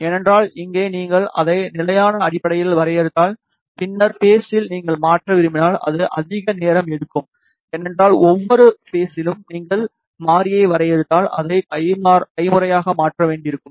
ஏனென்றால் இங்கே நீங்கள் அதை நிலையான அடிப்படையில் வரையறுத்தால் பின்னர் பேஸில் நீங்கள் மாற்ற விரும்பினால் அது அதிக நேரம் எடுக்கும்ஏனென்றால் ஒவ்வொரு பேஸில்லும் நீங்கள் மாறியை வரையறுத்தால் அதை கைமுறையாக மாற்ற வேண்டியிருக்கும்